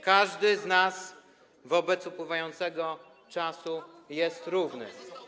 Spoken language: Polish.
Każdy z nas wobec upływającego czasu jest równy.